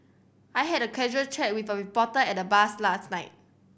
I had a casual chat with a reporter at the bar's last night